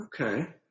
Okay